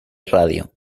radio